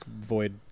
void